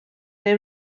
neu